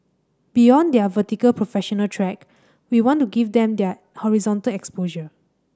beyond their vertical professional track we want to give them their horizontal exposure